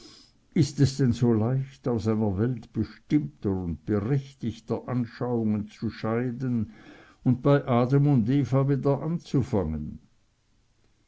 ist es denn so leicht aus einer welt bestimmter und berechtigter anschauungen zu scheiden und bei adam und eva wieder anzufangen